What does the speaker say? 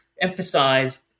emphasize